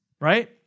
right